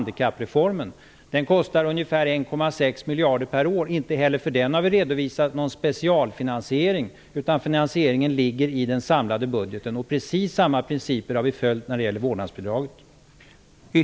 Den kostar ca 1,6 miljarder per år, men inte heller för den har vi redovisat någon specialfinansiering, utan finansieringen ligger i den samlade budgeten. Vi har följt exakt samma princip när det gäller vårdnadsbidraget.